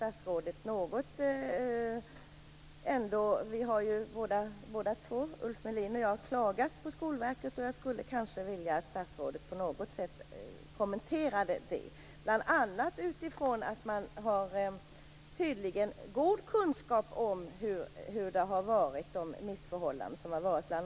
Både Ulf Melin och jag har ju klagat på Skolverket, och jag skulle vilja att statsrådet något kommenterade det, bl.a. utifrån att man tydligen har god kunskap om de missförhållanden som har rått.